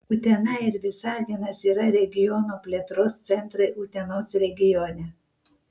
utena ir visaginas yra regiono plėtros centrai utenos regione